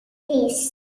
days